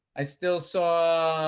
i still saw,